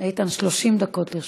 איתן, 30 דקות לרשותך.